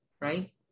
right